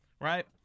Right